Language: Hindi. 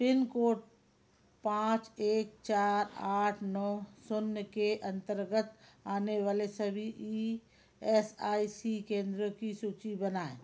पिन कोड पाँच एक चार आठ नौ शून्य के अंतर्गत आने वाले सभी ई एस आई सी केंद्रों की सूची बनाएँ